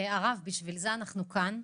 בשביל זה אנחנו כאן,